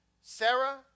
Sarah